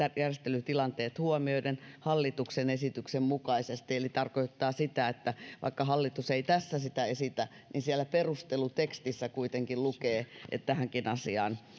yritysjärjestelytilanteet huomioiden hallituksen esityksen mukaisesti eli tarkoittaa sitä että vaikka hallitus ei tässä sitä esitä niin siellä perustelutekstissä kuitenkin lukee että tähänkin asiaan